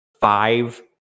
five